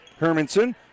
Hermanson